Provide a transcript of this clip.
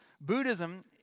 Buddhism